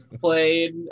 played